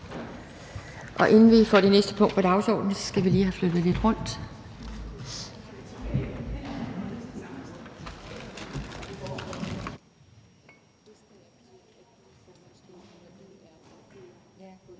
Inden vi får næste punkt på dagsordenen, skal vi lige have flyttet lidt rundt.